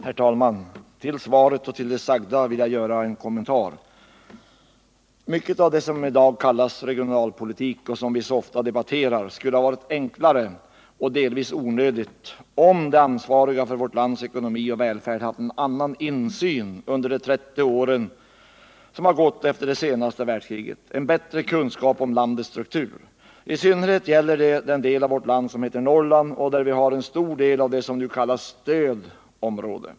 Herr talman! Jag vill göra en kommentar till det sagda och till svaret. Mycket av det som i dag kallas regionalpolitik och som vi så ofta debatterar skulle ha varit enklare och delvis onödigt, om de ansvariga för vårt lands ekonomi och välfärd haft en annan insyn under de 30 år som gått efter det senaste världskriget och haft en bättre kunskap om landets struktur. I synnerhet gäller det den del av vårt land som heter Norrland och där vi har en stor del av det som nu kallas stödområde.